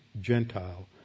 Gentile